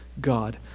God